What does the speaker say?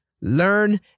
learn